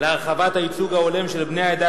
להרחבת הייצוג ההולם של בני העדה